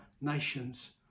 nations